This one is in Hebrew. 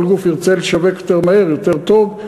כל גוף ירצה לשווק יותר מהר, יותר טוב.